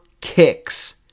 kicks